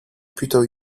plutôt